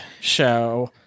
show